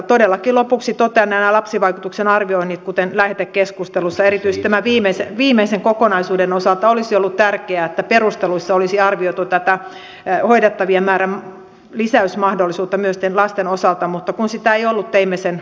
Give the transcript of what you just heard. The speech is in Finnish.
todellakin lopuksi totean lapsivaikutuksen arvioinneista kuten lähetekeskustelussa että erityisesti tämän viimeisen kokonaisuuden osalta olisi ollut tärkeää että perusteluissa olisi arvioitu hoidettavien määrän lisäysmahdollisuutta myös lasten osalta mutta kun sitä ei ollut teimme sen valiokunnan mietinnössä